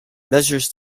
measures